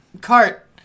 cart